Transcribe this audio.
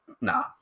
Nah